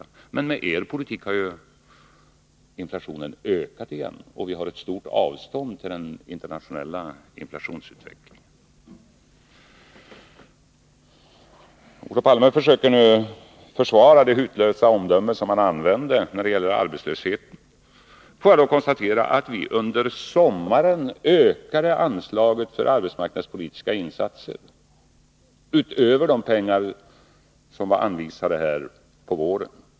Men med er politik har inflationen ökat igen, och vi har ett stort avstånd till den internationella inflationsutvecklingen. Olof Palme försöker nu försvara det hutlösa omdöme som han avgav när det gällde arbetslösheten. Låt mig konstatera att vi under sommaren ökade anslaget till arbetsmarknadspolitiska insatser — utöver de pengar som anvisats på våren.